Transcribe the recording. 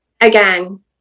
again